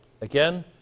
Again